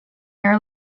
your